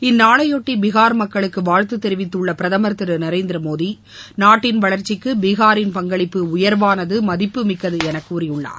இந்நாளையொட்டி பீகார் மக்குளக்கு வாழ்த்து தெரிவித்துள்ள பிரதம் திரு நரேந்திரமோடி நாட்டின் வளர்ச்சிக்கு பீகாரின் பங்களிப்பு உயர்வானது மதிப்புமிக்கது என கூறியுள்ளார்